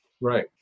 Right